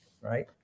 right